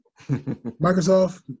Microsoft